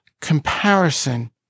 comparison